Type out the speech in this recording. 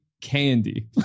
Candy